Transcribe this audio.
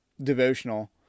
devotional